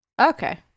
Okay